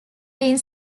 being